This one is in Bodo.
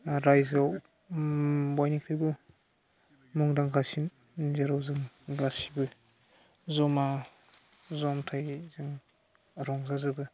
रायजोआव बयनिख्रुइबो मुंदांखासिन जेराव जों गासैबो जमा जन्थायै जों रंजाजोबो